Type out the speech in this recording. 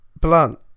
blunt